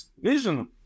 vision